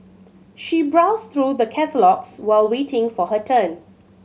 she browsed through the catalogues while waiting for her turn